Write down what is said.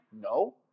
No